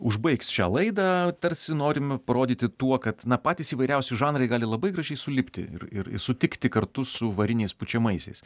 užbaigs šią laidą tarsi norimi parodyti tuo kad na patys įvairiausi žanrai gali labai gražiai sulipti ir ir ir sutikti kartu su variniais pučiamaisiais